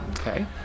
Okay